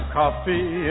coffee